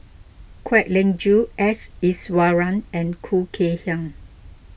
Kwek Leng Joo S Iswaran and Khoo Kay Hian